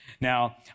Now